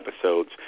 episodes